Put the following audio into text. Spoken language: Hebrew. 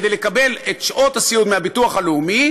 כדי לקבל את שעות הסיעוד מהביטוח הלאומי,